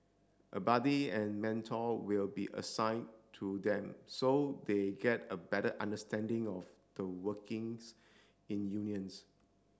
a buddy and mentor will be assigned to them so they get a better understanding of the workings in unions